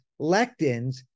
lectins